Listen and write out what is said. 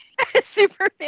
Superman